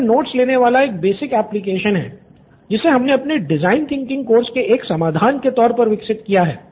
यह नोट्स लेने वाला एक बेसिक एप्लिकेशन है जिसे हमने अपने डिज़ाइन थिंकिंग कोर्स के एक समाधान के तौर पर विकसित किया है